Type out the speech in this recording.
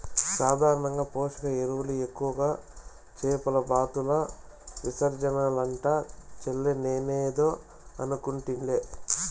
సాధారణంగా పోషక ఎరువులు ఎక్కువగా చేపల బాతుల విసర్జనలంట చెల్లే నేనేదో అనుకుంటిలే